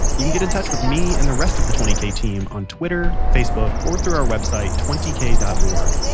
you can get in touch with me and the rest of the twenty k team on twitter, facebook, or through our website at twenty k dot org.